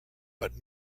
but